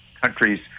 countries